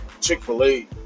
Chick-fil-A